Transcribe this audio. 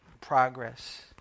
progress